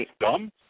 dumb